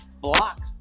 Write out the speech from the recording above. blocks